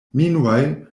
meanwhile